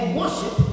worship